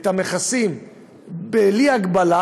את המכסים בלי הגבלה,